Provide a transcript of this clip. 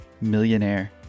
millionaire